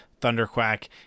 thunderquack